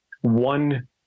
one